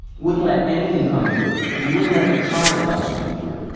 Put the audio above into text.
wouldn't let anything come through. we wouldn't let the trolley bus come through.